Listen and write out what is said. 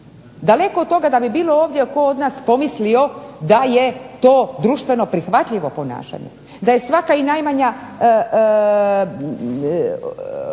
daleko od toga da bi bilo tko od nas ovdje pomislio da je to društveno prihvatljivo ponašanje, da je svaka i najmanja